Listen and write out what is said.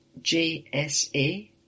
JSA